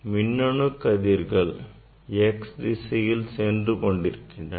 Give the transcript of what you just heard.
மின்னணு கதிர்கள் எக்ஸ் திசையில் சென்று கொண்டிருக்கின்றன